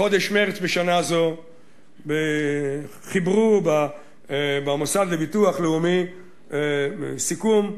בחודש מרס בשנה זו חיברו במוסד לביטוח לאומי סיכום חצי-שנתי.